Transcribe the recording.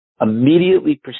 immediately